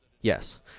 Yes